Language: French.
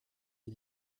est